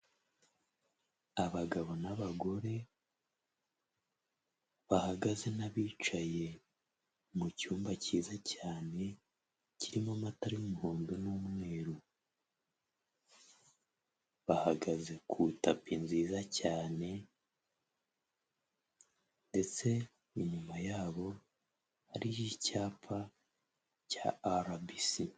Abagabo n'abagore bahagaze n'abicaye mu cyumba cyiza cyane kirimo amatara y'umuhondo n'umweru bahagaze ku itapi nziza cyane ndetse inyuma yabo hariho icyapa cya RBC.